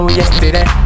yesterday